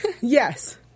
Yes